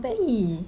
!ee!